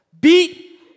Beat